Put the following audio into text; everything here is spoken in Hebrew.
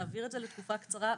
להעביר את זה לתקופה קצרה,